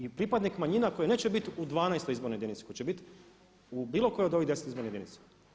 I pripadnik manjina koji neće biti u 12. izbornoj jedinici, koji će biti u bilo kojoj od ovih 10 izbornih jedinica.